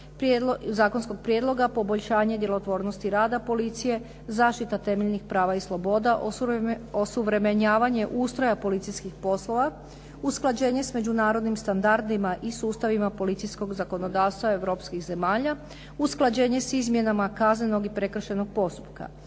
zakonskog prijedloga, poboljšanje djelotvornosti rada policije, zaštita temeljnih prava i sloboda, osuvremenjivanje ustroja policijskih poslova, usklađenje sa međunarodnim standardima i sustavima policijskog zakonodavstva europskih zemalja, usklađenje s izmjenama kaznenog i prekršajnog postupka.